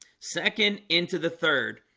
second into the third.